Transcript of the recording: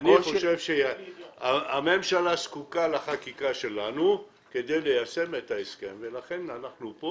אני חושב שהממשלה זקוקה לחקיקה שלנו כדי ליישם את ההסכם ולכן אנחנו פה